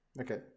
Okay